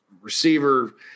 receiver